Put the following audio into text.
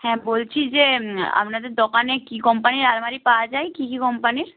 হ্যাঁ বলছি যে আপনাদের দোকানে কী কোম্পানির আলমারি পাওয়া যায় কী কী কোম্পানির